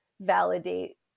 validate